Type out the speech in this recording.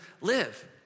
live